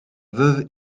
veuve